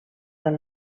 del